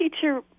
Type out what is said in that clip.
teacher